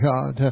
God